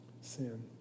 sin